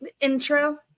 intro